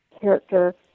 character